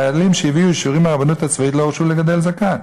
חיילים שהביאו אישורים מהרבנות הצבאית לא הורשו לגדל זקן.